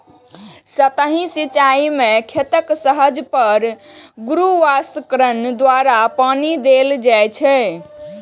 सतही सिंचाइ मे खेतक सतह पर गुरुत्वाकर्षण द्वारा पानि देल जाइ छै